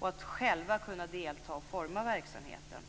och att själva kunna forma verksamheten.